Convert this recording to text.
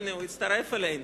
הנה הוא הצטרף אלינו,